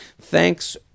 Thanks